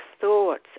thoughts